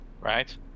Right